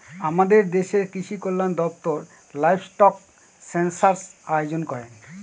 আমাদের দেশের কৃষিকল্যান দপ্তর লাইভস্টক সেনসাস আয়োজন করেন